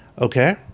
Okay